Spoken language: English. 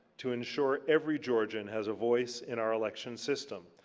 to ensure every georgian has a voice in our election system.